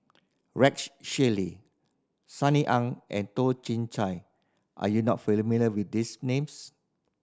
Rex Shelley Sunny Ang and Toh Chin Chye are you not familiar with these names